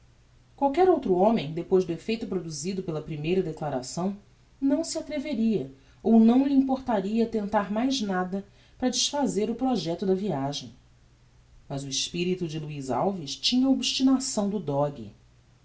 qualquel outro homem depois do effeito produzido pela primeira declaração não se atreveria ou não lhe importaria tentar mais nada para desfazer o projecto da viagem mas o espirito de luiz alves tinha a obstinação do dogue